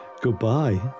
Goodbye